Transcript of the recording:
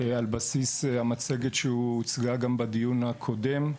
על בסיס המצגת שהוצגה גם בדיון הקודם,